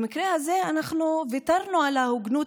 במקרה הזה אנחנו קצת ויתרנו על ההוגנות,